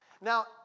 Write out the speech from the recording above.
Now